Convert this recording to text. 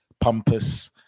pompous